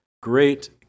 great